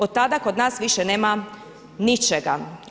Od tada kod nas više nema ničega.